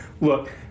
Look